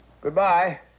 Goodbye